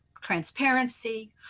transparency